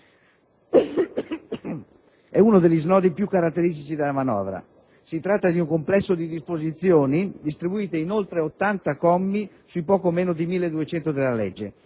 uno degli snodi più caratteristici della manovra. Si tratta di un complesso di disposizioni distribuite in oltre 80 commi sui poco meno di 1.200 della legge,